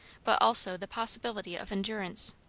but also the possibility of endurance.